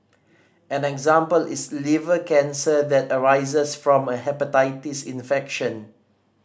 and an example is liver cancer that arises from a hepatitis infection